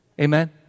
Amen